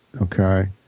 okay